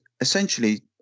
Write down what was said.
essentially